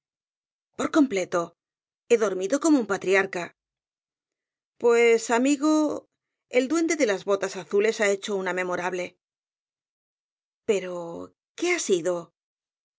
por completo he dormido como un patriarca pues amigo el duende de las botas azules ha hecho una memorable pero qué ha sido por